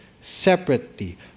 separately